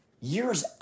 years